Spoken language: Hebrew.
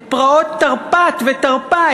את פרעות תרפ"א ותרפ"ט,